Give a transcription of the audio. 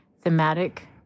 thematic